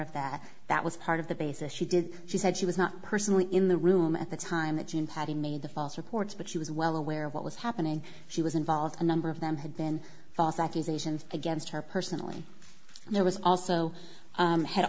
of that that was part of the basis she did she said she was not personally in the room at the time that you and having made the false reports but she was well aware of what was happening she was involved a number of them had been false accusations against her personally and there was also